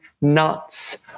nuts